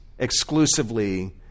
exclusively